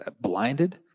Blinded